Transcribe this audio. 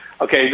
okay